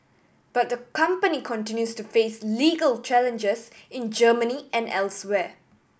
but the company continues to face legal challenges in Germany and elsewhere